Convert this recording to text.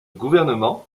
gouvernement